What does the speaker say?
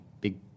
big